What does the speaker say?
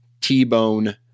T-Bone